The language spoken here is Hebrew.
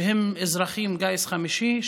שהם אזרחים גיס חמישי,